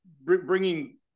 bringing